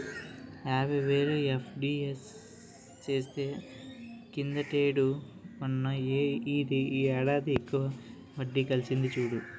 యాబైవేలు ఎఫ్.డి చేస్తే కిందటేడు కన్నా ఈ ఏడాది ఎక్కువ వడ్డి కలిసింది చూడు